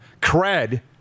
cred